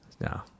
no